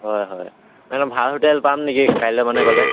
হয় হয় মানে ভাল হোটেল পাম নেকি কাইলৈ মানে গ'লে